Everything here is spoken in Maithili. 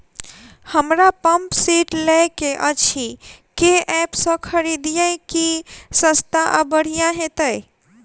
हमरा पंप सेट लय केँ अछि केँ ऐप सँ खरिदियै की सस्ता आ बढ़िया हेतइ?